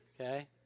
okay